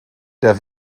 der